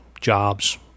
jobs